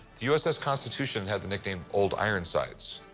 the uss constitution had the nickname old ironsides.